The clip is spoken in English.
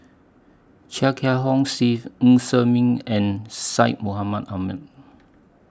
Chia Kiah Hong Steve Ng Ser Miang and Syed Mohamed Ahmed